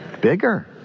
Bigger